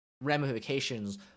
ramifications